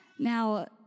Now